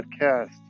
podcast